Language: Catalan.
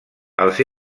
els